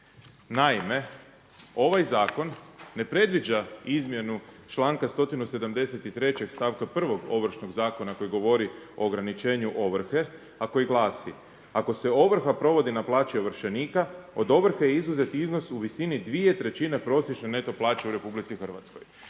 Naime, ovaj zakon ne predviđa izmjenu članka 173. stavka 1. Ovršnog zakona koji govori o ograničenju ovrhe a koji glasi: „Ako se ovrha provodi na plaće ovršenika od ovrhe je izuzet iznos u visini dvije trećine prosječne neto plaće u Republici Hrvatskoj.“